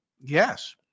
Yes